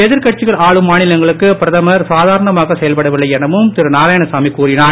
எதிர்கட்சிகள் ஆளும் மாநிலங்களுக்கு பிரதமர் சாதாரணமாக செயல்படவில்லை எனவும் நாராயணசாமி கூறினார்